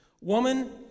woman